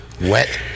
Wet